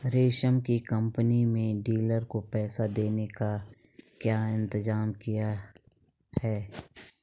रमेश की कंपनी में डीलर को पैसा देने का क्या इंतजाम किया है?